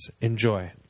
Enjoy